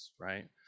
right